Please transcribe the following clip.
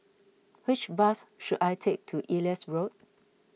which bus should I take to Elias Road